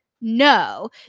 No